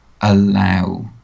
allow